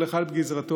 כל אחד בגזרתו,